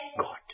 God